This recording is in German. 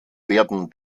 werden